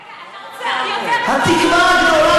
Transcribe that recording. רגע, אתה רוצה יותר, התקווה הגדולה